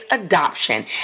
adoption